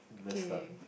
okay eh